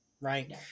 Right